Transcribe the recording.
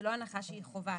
זה לא הנחה שהיא חובה.